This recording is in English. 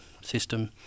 system